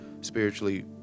spiritually